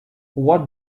what